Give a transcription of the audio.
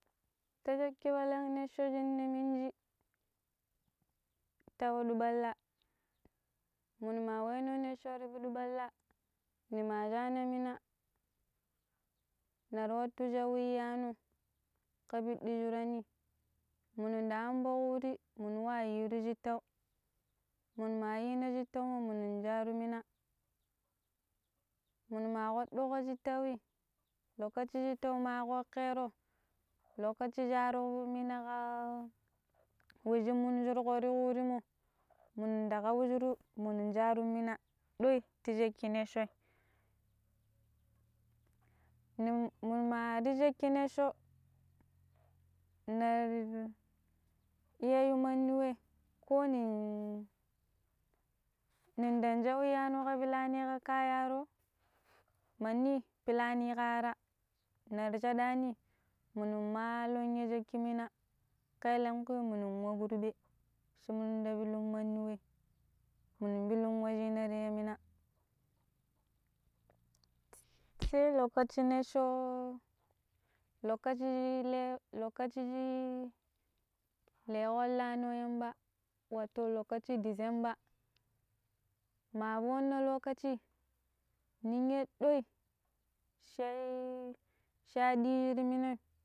Ta shekki palang neccho shinna minji ta fudu ɓalla munu ma weno neccho ta fudu ɓalla, ni ma shana mina nara watu shau iyano ka biddi shuranni munu daanɓo ƙuri munu wa yiiru shitau munu ma yina shittaumo munu sharu mina, munu ma kwadduƙo shittau i, lokaci shittau ma koƙero lokaci sharu mina kaa wei shi munu shurgo ti kuri mu munda kaushiru munda sharu mina doi ti shakki neshoi nin munu ma ti shekki nesho nar iya yi mandi wei ko nin-nin dan jau iyano ka pilani ka kayaro manni pilani kaa aara nara jadani munu maru ya jakki mina kaelanƙu munu wa kurɓe shi munda pilu mandi weh, munu pilun wa shina ti ya mina s-sai lokaci neccho lokaci shi le lokaci shi leƙƙo lano Yamba wato lokaci Desemba, ma munno lokaci ninyai doi sha i shai ar diru ti minai.